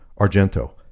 Argento